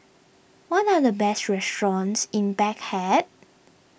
what are the best restaurants in Baghdad